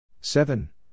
Seven